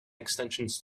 extensions